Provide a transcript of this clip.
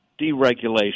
deregulation